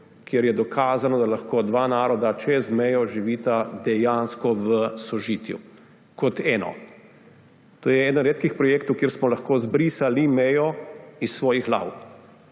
kjer je dokazano, da lahko dva naroda čez mejo živita dejansko v sožitju kot eno. To je eden redkih projektov, kjer smo lahko izbrisali mejo iz svojih glav.